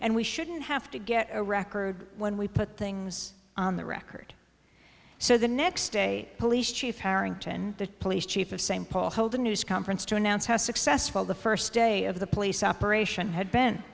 and we shouldn't have to get a record when we put things on the record so the next day police chief harrington the police chief of same paul hold a news conference to announce how successful the first day of the police operation had be